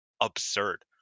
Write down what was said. absurd